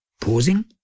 pausing